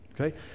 Okay